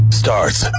starts